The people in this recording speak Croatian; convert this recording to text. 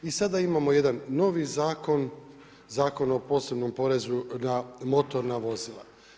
I sada imamo jedan novi zakon, Zakon o posebnom porezu na motorna vozila.